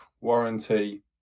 Warranty